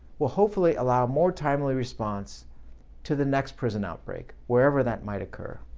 will hopefully allow more timely response to the next prison outbreak, wherever that might occur.